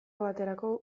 baterako